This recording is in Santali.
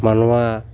ᱢᱟᱱᱣᱟ